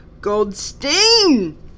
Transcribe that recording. Goldstein